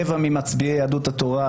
אדוני, א',